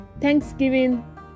Thanksgiving